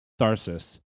Tharsis